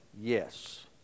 yes